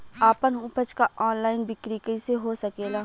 आपन उपज क ऑनलाइन बिक्री कइसे हो सकेला?